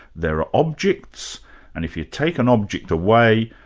there are objects and if you take an object away,